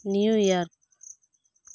New York